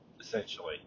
essentially